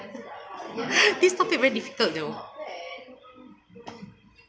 this topic very difficult you know